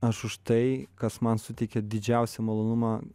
aš už tai kas man suteikia didžiausią malonumą